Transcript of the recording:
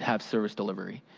have service delivery.